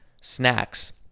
snacks